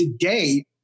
today